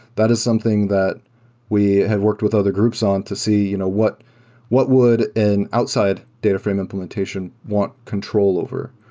that is something that we have worked with other groups on to see you know what what would an outside data frame implementation want control over?